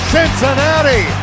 Cincinnati